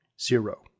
Zero